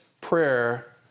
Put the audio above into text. prayer